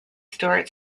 stuart